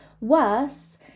worse